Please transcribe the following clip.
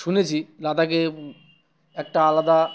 শুনেছি লাদাকে একটা আলাদা